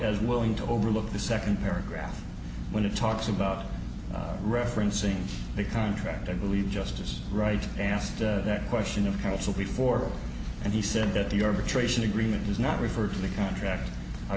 as willing to overlook the second paragraph when it talks about referencing a contract i believe justice right asked that question of counsel before and he said that the arbitration agreement does not refer to the contract i